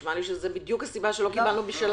נשמע לי שזו בדיוק הסיבה שלא קיבלנו.